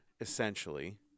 essentially